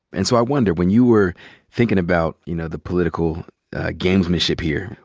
and so i wonder, when you were thinking about, you know, the political gamesmanship here,